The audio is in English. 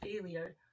failure